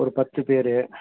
ஒரு பத்து பேர்